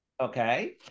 Okay